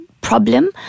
Problem